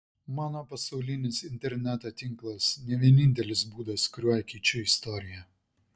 mano pasaulinis interneto tinklas ne vienintelis būdas kuriuo keičiu istoriją